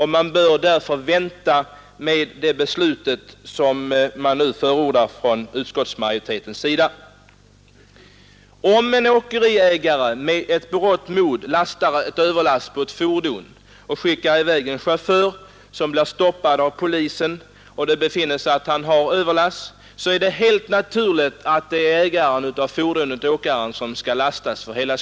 Vi bör därför vänta med att anta det beslut som utskottsmajoriteten nu förordar. Om en åkeriägare med berått mod överlastar ett fordon och skickar i väg chauffören med lasset, och om han sedan blir stoppad av polisen som finner att han har överlast, så är det helt naturligt att fordonsägaren-åkaren har hela skulden härför.